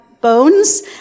bones